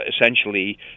essentially